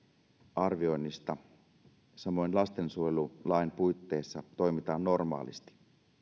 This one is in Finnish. arvioinnista samoin lastensuojelulain puitteissa toimitaan normaalisti